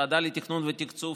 הוועדה לתכנון ולתקצוב,